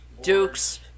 dukes